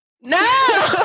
No